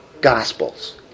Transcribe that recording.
Gospels